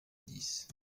dix